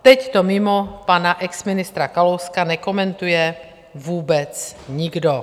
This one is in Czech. Teď to mimo pana exministra Kalouska nekomentuje vůbec nikdo.